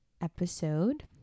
episode